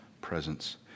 presence